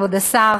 כבוד השר,